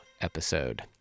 episode